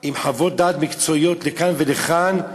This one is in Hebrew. עם חוות-דעת מקצועיות לכאן ולכאן,